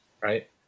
right